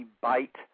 bite